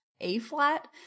A-flat